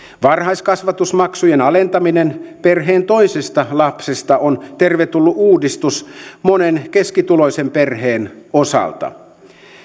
varhaiskasvatusmaksujen alentaminen perheen toisesta lapsesta on tervetullut uudistus monen keskituloisen perheen osalta